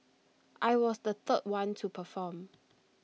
I was the third one to perform